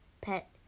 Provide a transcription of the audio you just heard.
pet